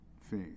faith